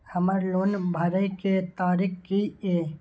हमर लोन भरए के तारीख की ये?